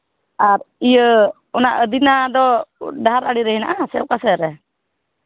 ᱟᱨ ᱤᱭᱟᱹ ᱚᱱᱟ ᱟᱹᱫᱤᱱᱟ ᱫᱚ ᱰᱟᱦᱟᱨ ᱟᱲᱮᱨᱮ ᱢᱮᱱᱟᱜᱼᱟ ᱥᱮ ᱚᱠᱟ ᱥᱮᱫᱨᱮ